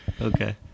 Okay